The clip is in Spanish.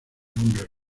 nombre